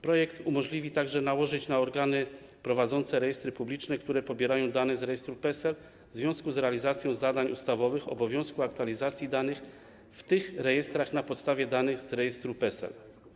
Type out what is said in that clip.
Projekt umożliwi także nałożenie na organy prowadzące rejestry publiczne, które pobierają dane z rejestru PESEL w związku z realizacją zadań ustawowych, obowiązku aktualizacji danych w tych rejestrach na podstawie danych z rejestru PESEL.